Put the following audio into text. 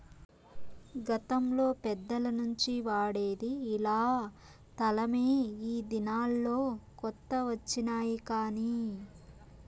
గతంలో పెద్దల నుంచి వాడేది ఇలా తలమే ఈ దినాల్లో కొత్త వచ్చినాయి కానీ